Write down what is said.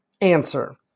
answer